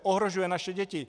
Ohrožuje naše děti!